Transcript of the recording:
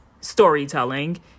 storytelling